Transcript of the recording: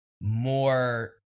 more